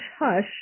hush